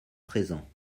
présents